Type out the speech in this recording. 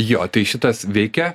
jo tai šitas veikia